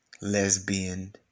lesbian